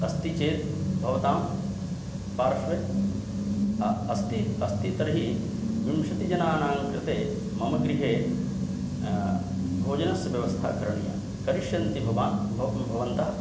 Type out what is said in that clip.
अस्ति चेत् भवतां पार्श्वे अस्ति तर्हि विंशतिजनानां कृते मम गृहे भोजनस्य व्यवस्थां करिष्यन्ति भवन्तः